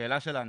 השאלה שלנו,